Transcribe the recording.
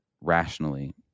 rationally